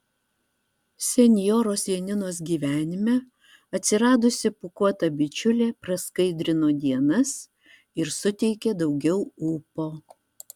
senjoros janinos gyvenime atsiradusi pūkuota bičiulė praskaidrino dienas ir suteikė daugiau ūpo